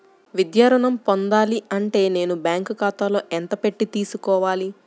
విద్యా ఋణం పొందాలి అంటే నేను బ్యాంకు ఖాతాలో ఎంత పెట్టి తీసుకోవాలి?